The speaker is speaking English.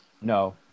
No